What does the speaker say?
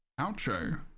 Outro